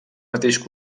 mateix